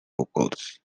vocals